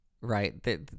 right